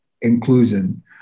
inclusion